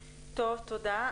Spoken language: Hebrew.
תודה.